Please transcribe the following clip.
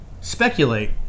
Speculate